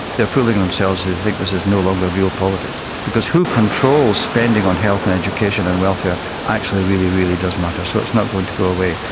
they are fooling themselves if they think this is no longer real politics because who controls spending on health and education and welfare actually really, really does matter, so it's not going to go away.